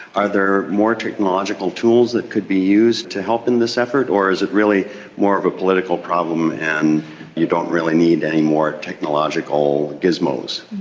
are there more technological tools that could be used to help in this effort or is it really more of a political problem and you don't really need any more technological gizmos?